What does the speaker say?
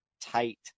tight